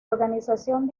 organización